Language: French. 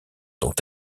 dont